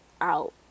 out